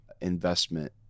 investment